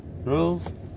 rules